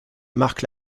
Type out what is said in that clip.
marque